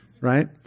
right